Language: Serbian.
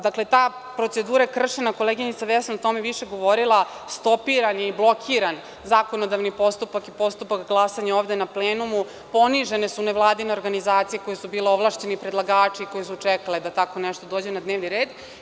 Dakle, ta procedura je kršena, koleginica Vesna je o tome više govorila, stopiran je i blokiran zakonodavni postupak i postupak glasanja ovde na plenumu, ponižene su nevladine organizacije koje su bile ovlašćeni predlagači, koji su čekali da tako nešto dođe na dnevni red.